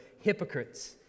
hypocrites